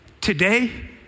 today